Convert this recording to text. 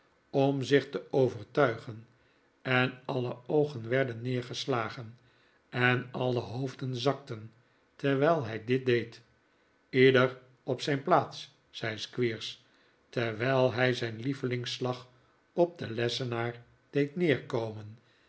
om zich te overtuigen en alle oogen werden neergeslagen en alle hoofden zakten terwijl hij dit deed ieder op zijn plaats zei squeers terwijl hij zijn lievelingsslag op den lessenaar deed neerkomen